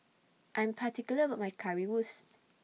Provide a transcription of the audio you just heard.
I'm particular about My Currywurst